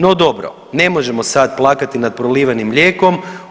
No dobro, ne možemo sad plakati nad prolivenim mlijekom.